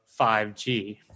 5G